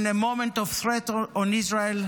In a moment of threat on Israel,